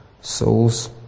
souls